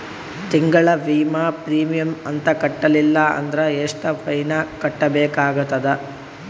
ತಿಂಗಳ ವಿಮಾ ಪ್ರೀಮಿಯಂ ಕಂತ ಕಟ್ಟಲಿಲ್ಲ ಅಂದ್ರ ಎಷ್ಟ ಫೈನ ಕಟ್ಟಬೇಕಾಗತದ?